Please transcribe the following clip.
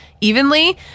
evenly